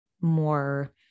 more